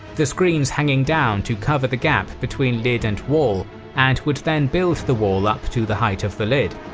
the screens hanging down to cover the gap between lid and wall and would then build the wall up to the height of the lid.